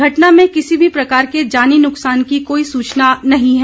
घटना में किसी भी प्रकार के जानी नुक्सान की कोई सूचना नहीं है